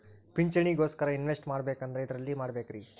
ಪಿಂಚಣಿ ಗೋಸ್ಕರ ಇನ್ವೆಸ್ಟ್ ಮಾಡಬೇಕಂದ್ರ ಎದರಲ್ಲಿ ಮಾಡ್ಬೇಕ್ರಿ?